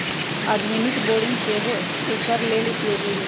आधुनिक बोरिंग सेहो एकर लेल उपयोगी है